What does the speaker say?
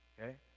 okay